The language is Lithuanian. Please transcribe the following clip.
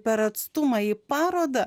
per atstumą į parodą